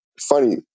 Funny